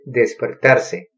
despertarse